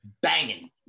banging